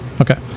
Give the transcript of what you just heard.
Okay